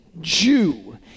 Jew